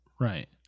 Right